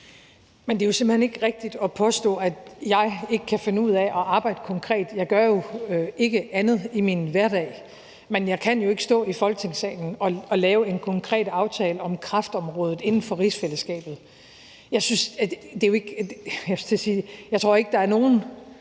Men det er jo simpelt hen ikke rigtigt at påstå, at jeg ikke kan finde ud af at arbejde konkret. Jeg gør jo ikke andet i min hverdag. Men jeg kan jo ikke stå i Folketingssalen og lave en konkret aftale om kræftområdet inden for rigsfællesskabet. Jeg tror ikke, at der er nogen,